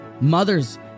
Mothers